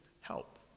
help